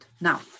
Now